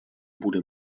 bude